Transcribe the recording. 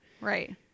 right